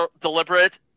deliberate